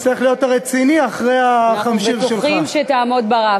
אחרי, ממשיכים לצלם עוד.